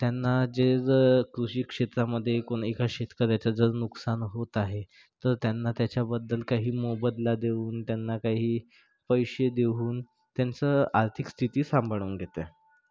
त्यांना जे ज कृषिक्षेत्रामध्ये कोण एका शेतकऱ्याचे जर नुकसान होत आहे तर त्यांना त्याच्याबद्दल काही मोबदला देऊन त्यांना काही पैसे देऊन त्यांचं आर्थिक स्थिती सांभाळून घेते